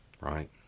right